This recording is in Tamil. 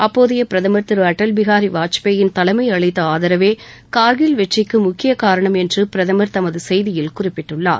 அப்போதைய பிரதமர் திரு அடல் பிஹாரி வாஜ்பேயின் தலைமை அளித்த ஆதரவே கார்கில் வெற்றிக்கு முக்கிய காரணம் என்று பிரதமர் தமது செய்தியில் குறிப்பிட்டுள்ளார்